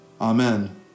Amen